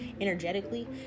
energetically